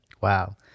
wow